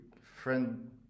friend